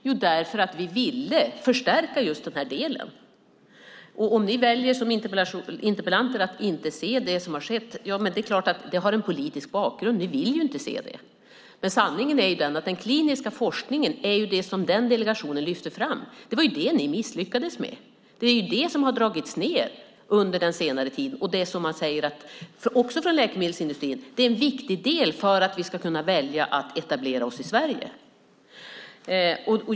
Jo, därför att vi ville förstärka just den här delen. Om ni som interpellanter väljer att inte se det som har skett är det klart att det har en politisk bakgrund. Ni vill inte se det. Sanningen är att den kliniska forskningen är det som den delegationen lyfte fram. Det var ju det som ni misslyckades med. Det är det som har dragits ned under den senare tiden. Det är, som man säger från läkemedelsindustrin, en viktig del för att vi ska kunna välja att etablera oss i Sverige.